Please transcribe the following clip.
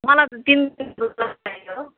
मलाई त तिन दिन जस्तो चाहियो